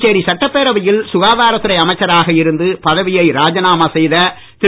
புதுச்சேரி சட்டப்பேரவையில் சுகாதாரத் துறை அமைச்சராக இருந்து பதவியை ராஜினாமா செய்த திரு